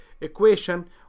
equation